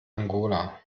angola